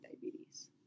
diabetes